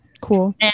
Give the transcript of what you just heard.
Cool